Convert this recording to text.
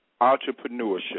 Entrepreneurship